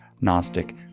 Gnostic